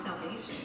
salvation